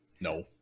No